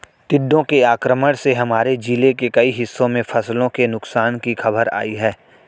टिड्डों के आक्रमण से हमारे जिले के कई हिस्सों में फसलों के नुकसान की खबर आई है